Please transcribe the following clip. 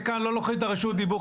שכאן לא לוקחים את רשות הדיבור,